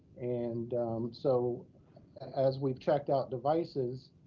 and so as we've checked out devices,